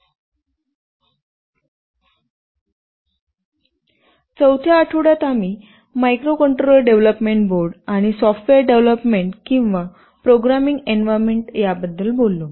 4 थ्या आठवड्यात आम्ही मायक्रोकंट्रोलर डेव्हलपमेंट बोर्ड आणि सॉफ्टवेअर डेव्हलपमेंट किंवा प्रोग्रामिंग एन्व्हायरमेंट याबद्दल बोललो